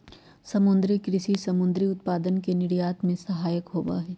समुद्री कृषि समुद्री उत्पादन के निर्यात में सहायक होबा हई